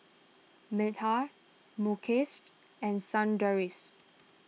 Medha Mukeshed and Sundaresh